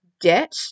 debt